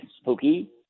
spooky